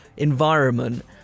environment